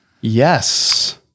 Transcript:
yes